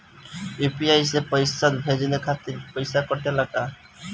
UPI से पइसा भेजने के खातिर पईसा कटेला?